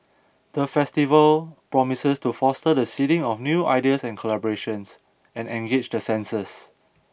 the festival promises to foster the seeding of new ideas and collaborations and engage the senses